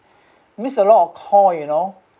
miss a lot of call you know